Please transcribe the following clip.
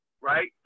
right